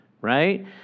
right